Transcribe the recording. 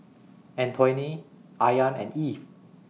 Antoine Ayaan and Eve